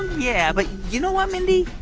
yeah, but you know what, mindy?